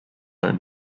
own